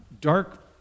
dark